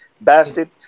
bastard